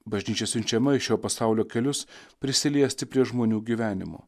bažnyčia siunčiama į šio pasaulio kelius prisiliesti prie žmonių gyvenimo